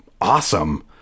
awesome